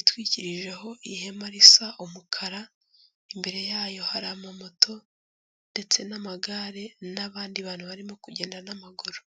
itwikirijeho ihema risa umukara imbere yayo hari amamoto ndetse n'amagare n'abandi bantu barimo kugenda n'amaguru.